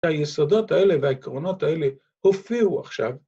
היסודות האלה והעקרונות האלה הופיעו עכשיו.